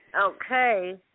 Okay